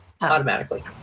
automatically